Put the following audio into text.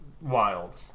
wild